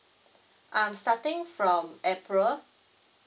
um starting from april